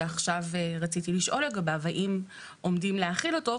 שעכשיו רציתי לשאול לגביו האם עומדים להחיל אותו.